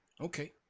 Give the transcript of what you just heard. Okay